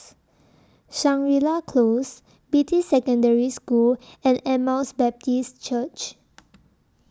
Shangri La Close Beatty Secondary School and Emmaus Baptist Church